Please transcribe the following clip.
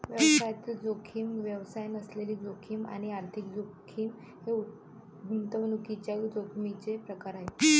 व्यवसायातील जोखीम, व्यवसाय नसलेली जोखीम आणि आर्थिक जोखीम हे गुंतवणुकीच्या जोखमीचे प्रकार आहेत